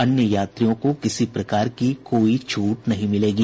अन्य यात्रियों को किसी प्रकार की कोई छूट नहीं मिलेगी